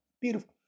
beautiful